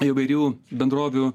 įvairių bendrovių